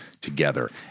together